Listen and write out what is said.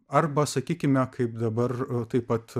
arba sakykime kaip dabar taip pat